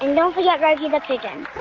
and don't forget reggie the pigeon